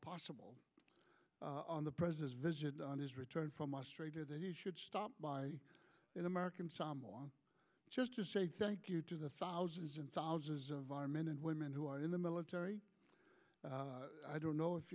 possible on the president's visit on his return from a stranger that he should stop by an american someone to say thank you to the thousands and thousands of our men and women who are in the military i don't know if